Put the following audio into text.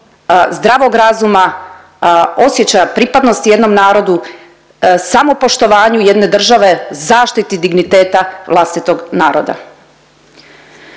zdravog razuma, osjećaja pripadnosti jednom narodu, samopoštovanju jedne države, zaštiti digniteta vlastitog naroda.